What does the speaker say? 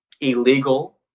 illegal